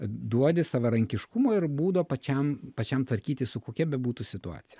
duodi savarankiškumo ir būdo pačiam pačiam tvarkytis su kokia bebūtų situacija